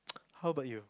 how about you